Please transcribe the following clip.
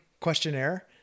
questionnaire